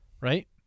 right